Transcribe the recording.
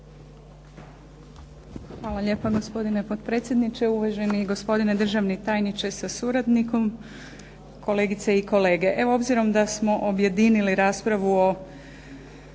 Hvala lijepa, gospodine potpredsjedniče. Uvaženi gospodine državni tajniče sa suradnikom. Kolegice i kolege. Evo obzirom da smo objedinili raspravu o